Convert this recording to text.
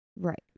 Right